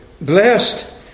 blessed